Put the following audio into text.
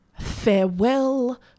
farewell